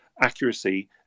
accuracy